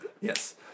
yes